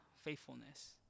faithfulness